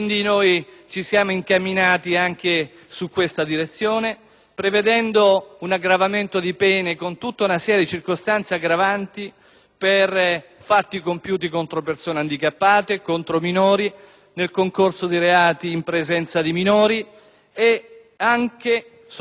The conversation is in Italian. prevedendo un aggravamento di pene, a seguito di tutta una serie di circostanze aggravanti, per fatti compiuti contro persone handicappate, contro minori, nel concorso di reati in presenza di minori e anche e soprattutto per reati commessi in prossimità delle scuole.